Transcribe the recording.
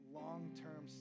long-term